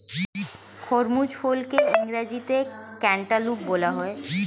খরমুজ ফলকে ইংরেজিতে ক্যান্টালুপ বলা হয়